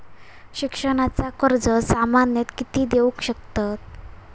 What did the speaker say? शिक्षणाचा कर्ज सामन्यता किती देऊ शकतत?